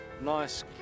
nice